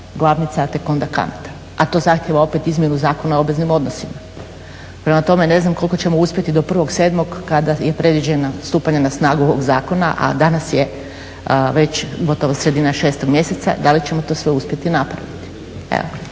glavnica, a tek onda kamata, a to zahtjeva opet izmjenu Zakona o obveznim odnosima. Prema tome ne znam koliko ćemo uspjeti do 01.07. kada je predviđeno stupanje na snagu ovog zakona, a danas je već gotovo sredina 6. mjeseca, da li ćemo to sve uspjeti napraviti. evo.